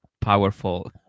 powerful